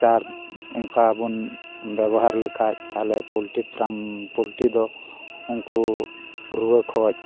ᱪᱟᱨ ᱚᱱᱠᱟ ᱵᱚᱱ ᱵᱮᱵᱚᱦᱟᱨ ᱞᱮᱠᱷᱟᱱ ᱛᱟᱦᱚᱞᱮ ᱯᱚᱞᱴᱨᱤ ᱯᱷᱨᱟᱢ ᱯᱚᱞᱴᱨᱤ ᱫᱚ ᱩᱱᱠᱩ ᱨᱩᱣᱟᱹ ᱠᱷᱚᱱ